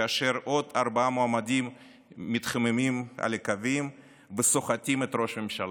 כאשר עוד ארבעה מועמדים מתחממים על הקווים וסוחטים את ראש הממשלה.